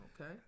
Okay